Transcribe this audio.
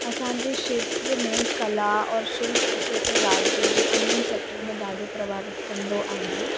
असांजे खेत्र में कला और शिल्प खेत्र राज्य जे अन्यनि सेक्टर में ॾाढो प्रभावित कंदो आहे